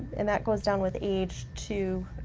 and that goes down with age, too.